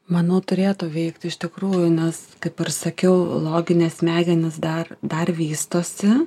manau turėtų veikti iš tikrųjų nes kaip ir sakiau loginės smegenys dar dar vystosi